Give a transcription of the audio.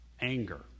anger